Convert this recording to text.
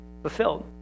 fulfilled